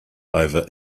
over